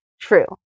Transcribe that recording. True